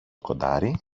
κοντάρι